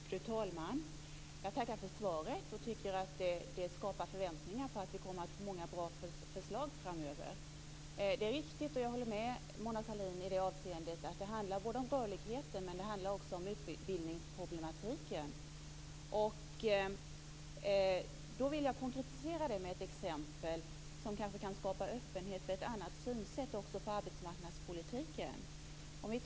Fru talman! Jag tackar för svaret. Det skapar förväntningar på att vi kommer att få många bra förslag framöver. Det är riktigt att det handlar om rörlighet och att det också handlar mycket om utbildningspolitiken. Jag vill konkretisera detta med ett exempel från verkligheten som kanske kan skapa öppenhet för ett annat synsätt också på arbetsmarknadspolitiken.